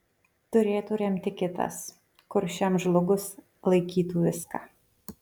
turėtų remti kitas kurs šiam žlugus laikytų viską